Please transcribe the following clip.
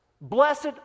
Blessed